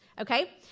Okay